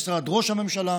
משרד ראש הממשלה,